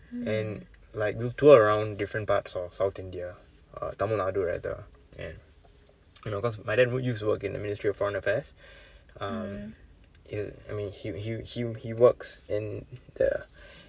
and like we'll tour around different parts of south India uh tamilnadu rather and you know because my dad used to work in the ministry of foreign affairs uh he is I mean he he he he works in the